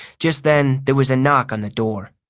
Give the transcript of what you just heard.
just then there was a knock on the door.